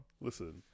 Listen